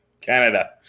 Canada